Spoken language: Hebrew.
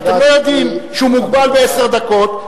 אתם לא יודעים שהוא מוגבל בעשר דקות?